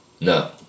No